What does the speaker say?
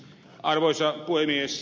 arvoisa puhemies